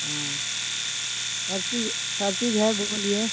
हाँ सब चीज़ सब चीज़ है बोलिए